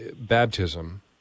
baptism